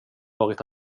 varit